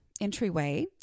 entryway